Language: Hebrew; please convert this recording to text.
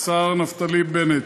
השר נפתלי בנט,